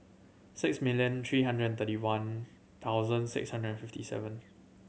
six million three hundred and thirty one thousand six hundred and fifty seven